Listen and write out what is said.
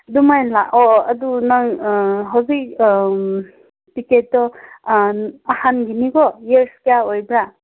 ꯑꯗꯨꯃꯥꯏꯅ ꯂꯥꯛꯑꯣ ꯑꯗꯨ ꯅꯪ ꯍꯧꯖꯤꯛ ꯇꯤꯀꯦꯠꯇꯣ ꯑꯍꯟꯒꯤꯅꯤꯀꯣ ꯏꯌꯔ ꯀꯌꯥ ꯑꯣꯏꯕ꯭ꯔꯥ